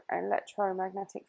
electromagnetic